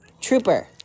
Trooper